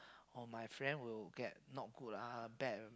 or my friend will get not good ah bad